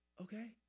okay